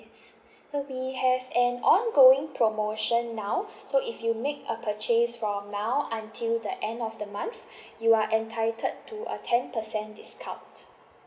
so we have an ongoing promotion now so if you make a purchase from now until the end of the month you are entitled to a ten percent discount